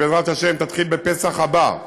ובעזרת השם היא תתחיל בפסח הבא,